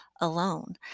alone